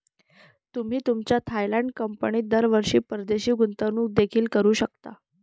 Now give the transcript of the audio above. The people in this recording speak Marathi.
तुम्ही तुमच्या थायलंड कंपनीत दरवर्षी परदेशी गुंतवणूक देखील करू शकता